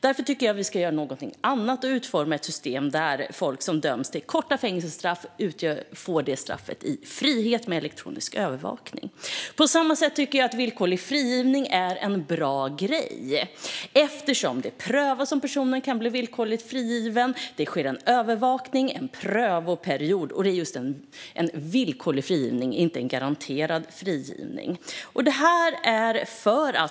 Jag tycker att vi ska göra något annat och utforma ett system där folk som döms till korta fängelsestraff får sitt straff i frihet med elektronisk övervakning. Jag tycker också att villkorlig frigivning är en bra grej. Det prövas om personen kan bli villkorligt frigiven, det sker en övervakning och det är en prövoperiod. Det är just en villkorlig frigivning, inte en garanterad frigivning.